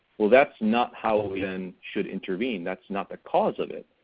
well that's not how we then should intervene. that's not the cause of it.